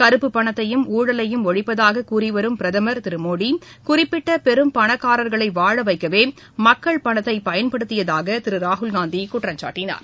கருப்பு பணத்தையும் ஊழலையும் ஒழிப்பதாகக் கூறிவரும் பிரதமர் மோடி குறிப்பிட்டபெரும் பணக்காரர்களைவாழவைக்கவேமக்கள் பணத்தைபயன்படுத்தியதாகதிருராகுல்னந்திகுற்றம்சாட்டினார்